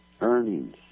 earnings